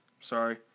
Sorry